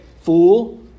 fool